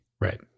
Right